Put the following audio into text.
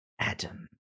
Adam